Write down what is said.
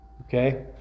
Okay